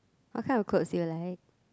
what kind of clothes you like